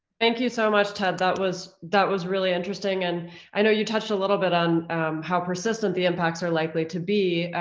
thank you so much, ted. that was that was really interesting. and i know you touched a little bit on how persistent the impacts are likely to be.